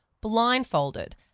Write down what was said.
blindfolded